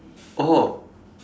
oh